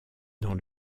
dans